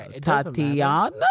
Tatiana